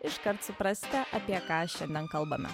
iškart suprasite apie ką šiandien kalbame